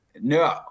No